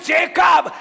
Jacob